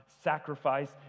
sacrifice